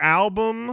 album